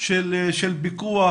של פיקוח,